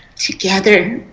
together.